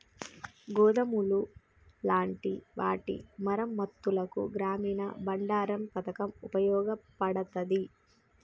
గోదాములు లాంటి వాటి మరమ్మత్తులకు గ్రామీన బండారన్ పతకం ఉపయోగపడతాది